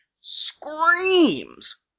screams